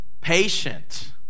patient